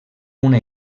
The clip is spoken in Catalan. una